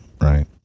right